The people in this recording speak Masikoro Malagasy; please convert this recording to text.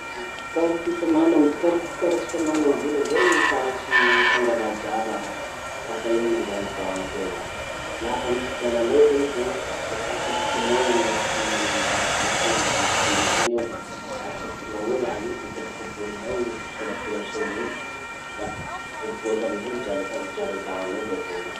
Uhm uhm, karaty famahanam-bola karaty karatry famahanam-bola zao karatry fangalà drala lafa iha mandeha amy banky ao iha. Lafa misy dralanao zany ty ao, le atsofokinao amy misy raha zay ty ao, misy masiny zay gn'ao le atsofokinao ao raha iny le kobokobohinao sorasoratsy eo reny, la miboaky amizay drala ta- drala ilanao bakeon'iny.